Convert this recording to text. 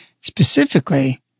specifically